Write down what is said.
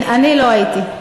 אני לא הייתי.